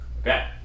Okay